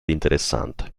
interessante